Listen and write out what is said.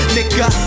Nigga